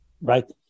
right